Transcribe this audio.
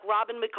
Robin